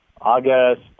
August